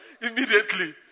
immediately